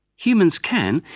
humans can,